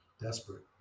Desperate